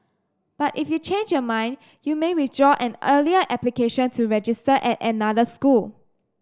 but if you change your mind you may withdraw an earlier application to register at another school